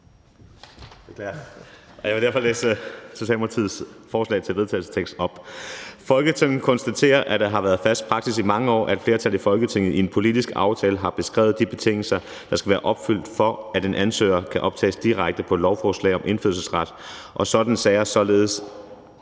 til vedtagelse op. Forslag til vedtagelse »Folketinget konstaterer, at det har været fast praksis i mange år, at et flertal i Folketinget i en politisk aftale har beskrevet de betingelser, der skal være opfyldt, for at en ansøger kan optages direkte på et lovforslag om indfødsret, og at sådanne sager således